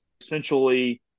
essentially